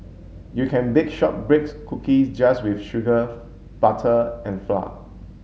you can bake shortbread's cookies just with sugar butter and flour